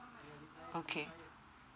okay